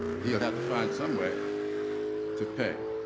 he would have to find some way to pay.